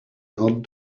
nod